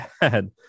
bad